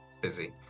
busy